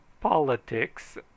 politics